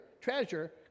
treasure